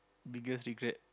biggest regret